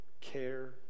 care